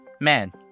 man